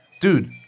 dude